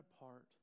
apart